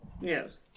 Yes